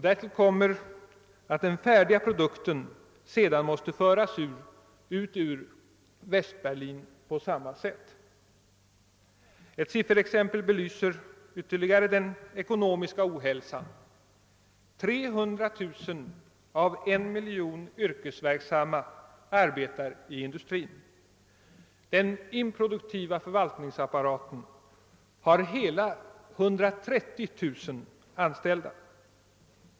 Därtill kommer att den färdiga produkten måste föras ut ur Västberlin på samma sätt. Ett sifferexempel belyser ytterligare den ekonomiska ohälsan. 300 000 av en miljon yrkesverksamma arbetar i industrin. Den improduktiva förvaltningsapparaten har hela 130000 anställda.